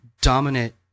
dominant